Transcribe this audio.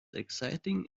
exciting